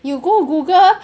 you go Google